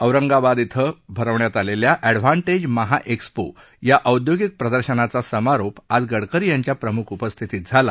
औरंगाबाद इथं भरवण्यात आलेल्या अँडव्हान्टेज महाएक्स्पो या औद्योगिक प्रदर्शनाचा समारोप आज गडकरी यांच्या प्रम्ख उपस्थितीत झाला